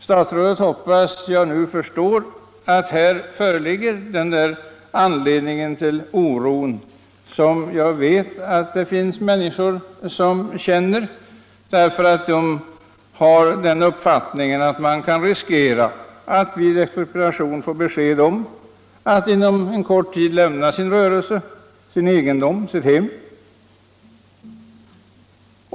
Jag hoppas att statsrådet förstår att detta är anledningen till den oro som en del människor känner; de har alltså uppfattningen att man vid en expropriation riskerar att få besked om att inom kort lämna sin rörelse, sin egendom, sitt hem.